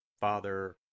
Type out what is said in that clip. Father